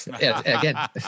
again